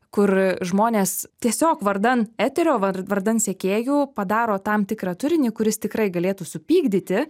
kur žmonės tiesiog vardan eterio var vardan sekėjų padaro tam tikrą turinį kuris tikrai galėtų supykdyti